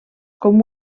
com